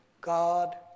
God